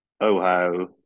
Ohio